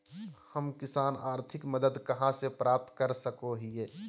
हम किसान आर्थिक मदत कहा से प्राप्त कर सको हियय?